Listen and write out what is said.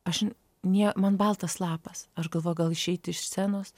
aš man baltas lapas aš galvoju gal išeit iš scenos